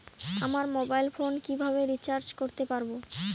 আমার mobile phone কিভাবে recharge করতে পারব?